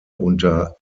unter